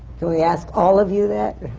can we ask all of you that?